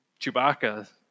Chewbacca